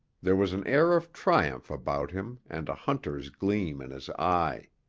there was an air of triumph about him and a hunter's gleam in his eye.